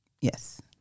Yes